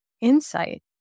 insight